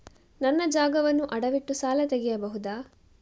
ನನ್ನ ಜಾಗವನ್ನು ಅಡವಿಟ್ಟು ಸಾಲ ತೆಗೆಯಬಹುದ?